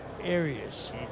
areas